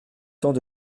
temps